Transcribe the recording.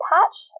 Patch